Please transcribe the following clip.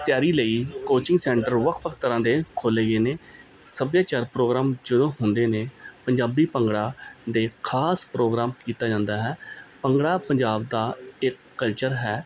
ਤਿਆਰੀ ਲਈ coaching centre ਵੱਖ ਵੱਖ ਤਰ੍ਹਾਂ ਦੇ ਖੋਲ੍ਹੇ ਗਏ ਨੇ ਸੱਭਿਆਚਾਰਕ ਪ੍ਰੋਗਰਾਮ ਜਦੋਂ ਹੁੰਦੇ ਨੇ ਪੰਜਾਬੀ ਭੰਗੜਾ ਦੇ ਖ਼ਾਸ ਪ੍ਰੋਗਰਾਮ ਕੀਤਾ ਜਾਂਦਾ ਹੈ ਭੰਗੜਾ ਪੰਜਾਬ ਦਾ ਇਹ ਕਲਚਰ ਹੈ